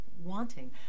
wanting